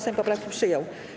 Sejm poprawki przyjął.